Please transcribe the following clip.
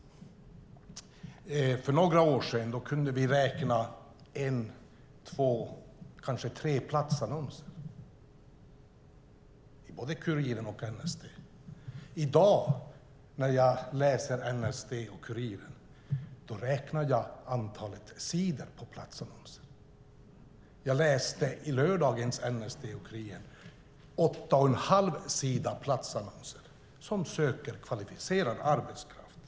För några år sedan kunde jag räkna ihop till en, två kanske tre platsannonser i både Kuriren och NSD. I dag när jag läser NSD och Kuriren räknar jag antalet sidor med platsannonser. I lördagens NSD och Kuriren fanns åtta och en halv sida platsannonser. Där sökte företag kvalificerad arbetskraft.